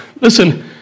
listen